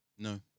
No